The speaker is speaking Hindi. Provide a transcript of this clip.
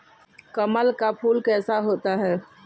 कमल का फूल कैसा होता है?